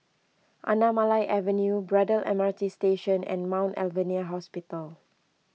Anamalai Avenue Braddell M R T Station and Mount Alvernia Hospital